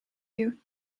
you